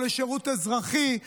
לשירות אזרחי,